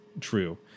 true